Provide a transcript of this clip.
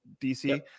DC